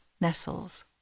nestles